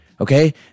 Okay